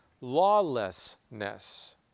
lawlessness